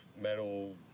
metal